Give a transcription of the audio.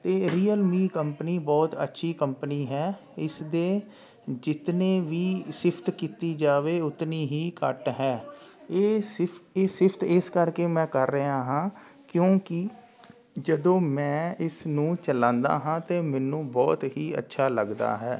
ਅਤੇ Realme company ਬਹੁਤ ਅੱਛੀ ਕੰਪਨੀ ਹੈ ਇਸਦੇ ਜਿਤਨੇ ਵੀ ਸਿਫਤ ਕੀਤੀ ਜਾਵੇ ਉਤਨੀ ਹੀ ਘੱਟ ਹੈ ਇਹ ਸਿਫ ਇਹ ਸਿਫਤ ਇਸ ਕਰਕੇ ਮੈਂ ਕਰ ਰਿਹਾ ਹਾਂ ਕਿਉਂਕਿ ਜਦੋਂ ਮੈਂ ਇਸ ਨੂੰ ਚਲਾਉਂਦਾ ਹਾਂ ਅਤੇ ਮੈਨੂੰ ਬਹੁਤ ਹੀ ਅੱਛਾ ਲੱਗਦਾ ਹੈ